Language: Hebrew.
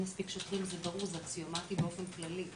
היה לנו גם דיון על זה,